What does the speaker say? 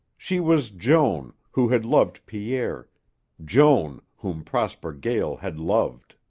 she was joan, who had loved pierre joan, whom prosper gael had loved.